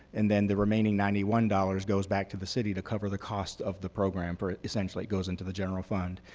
and then the remaining ninety one dollars goes back to the city to cover the cost of the program for essentially it goes into the general fund.